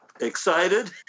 excited